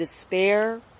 despair